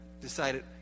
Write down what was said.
decided